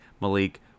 Malik